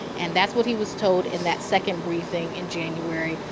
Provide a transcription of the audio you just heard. and that's what he was told in that second briefing in january.